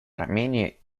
армении